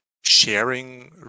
sharing